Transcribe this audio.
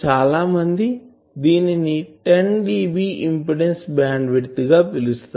చాలామంది దీనిని 10dBఇంపిడెన్సు బ్యాండ్ విడ్త్ గా పిలుస్తారు